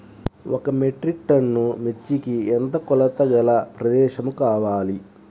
ఒక metric ton మిర్చికి ఎంత కొలతగల ప్రదేశము కావాలీ?